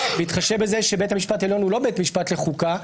בהתחשב בזה שבית המשפט העליון הוא לא בית משפט לחוקה,